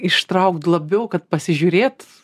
ištraukt labiau kad pasižiūrėt